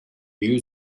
you